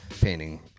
painting